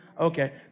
Okay